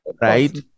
right